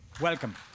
Welcome